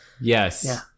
Yes